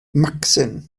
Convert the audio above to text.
macsen